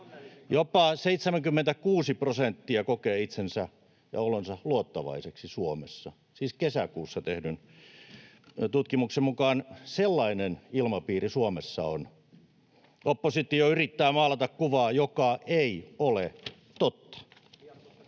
Jopa 76 prosenttia kokee itsensä ja olonsa luottavaiseksi Suomessa, siis kesäkuussa tehdyn tutkimuksen mukaan. Sellainen ilmapiiri Suomessa on. Oppositio yrittää maalata kuvaa, joka ei ole totta.